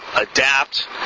adapt